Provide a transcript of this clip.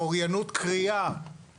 אוריינות קריאה